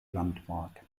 landmark